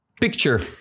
Picture